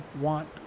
want